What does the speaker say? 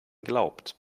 glaubt